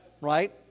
right